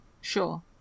Sure